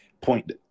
point